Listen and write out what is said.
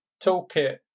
toolkit